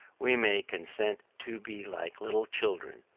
we may consent to be like little children,